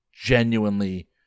genuinely